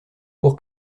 pour